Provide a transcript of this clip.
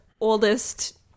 oldest